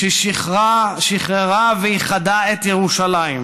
ששחררה ואיחדה את ירושלים.